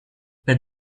per